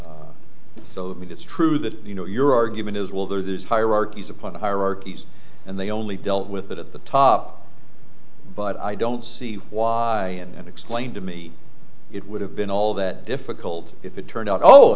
those i mean it's true that you know your argument is well there's hierarchies upon hierarchies and they only dealt with that at the top but i don't see why and explain to me it would have been all that difficult if it turned out oh